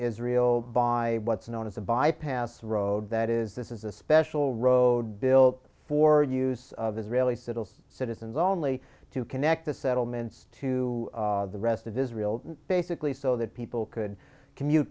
israel by what's known as the bypass road that is this is a special road built for use of israeli settler citizens only to connect the settlements to the rest of israel basically so that people could commute